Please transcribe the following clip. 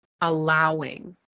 allowing